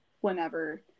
whenever